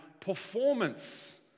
performance